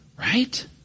Right